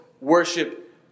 worship